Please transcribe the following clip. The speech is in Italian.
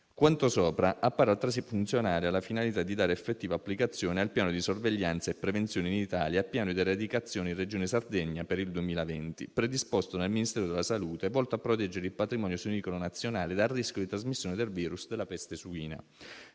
Quanto sopra appare altresì funzionale alla finalità di dare effettiva applicazione al Piano di sorveglianza e prevenzione in Italia e Piano di eradicazione in Regione Sardegna per il 2020, predisposto dal Ministero della salute e volto a proteggere il patrimonio suinicolo nazionale dal rischio di trasmissione del virus della peste suina.